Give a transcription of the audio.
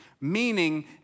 meaning